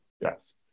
Yes